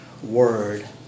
word